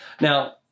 Now